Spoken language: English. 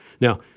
Now